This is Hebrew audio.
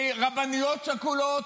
לרבניות שכולות.